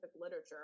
literature